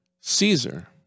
Caesar